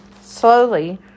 slowly